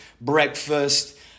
breakfast